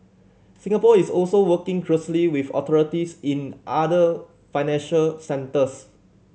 Singapore is also working closely with authorities in other financial centres